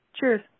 cheers